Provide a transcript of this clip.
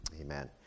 amen